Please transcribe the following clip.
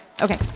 Okay